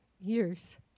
years